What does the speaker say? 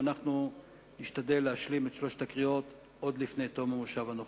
ואנחנו נשתדל להשלים את שלוש הקריאות עוד לפני תום המושב הנוכחי.